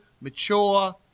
mature